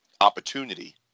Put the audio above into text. Opportunity